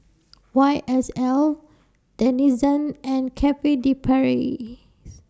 Y S L Denizen and Cafe De Paris